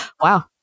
Wow